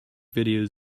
videos